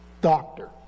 Doctor